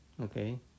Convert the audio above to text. Okay